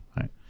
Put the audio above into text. right